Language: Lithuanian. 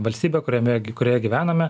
valstybė kuriame kurioje gyvename